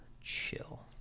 chill